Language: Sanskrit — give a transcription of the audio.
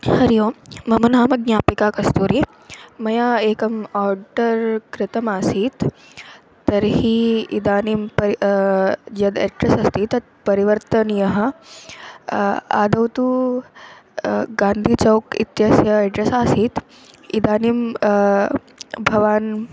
हरिः ओं मम नाम ज्ञापिकाकस्तूरी मया एकम् आर्डर् कृतम् आसीत् तर्हि इदानीं परि यद् अड्रेस् अस्ति तत् परिवर्तनीयः आदौ तु गान्धी चौक् इत्यस्य एड्रेस् आसीत् इदानीं भवान्